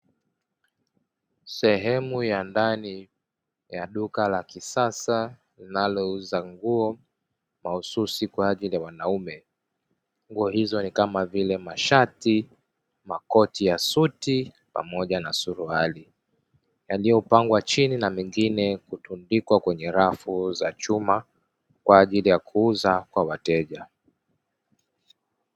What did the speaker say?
Sehemu ya ndani ya duka la kisasa linalouza nguo mahususi kwa ajili ya wanaume nguo hizo ni kama vile mashati, makoti ya suti pamoja na suruali yaliyopangwa chini na mengine kutundikwa kwenye rafu za chuma kwa ajili ya kuuza kwa wateja.